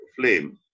flame